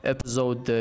Episode